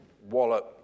Wallet